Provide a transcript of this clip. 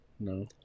no